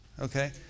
Okay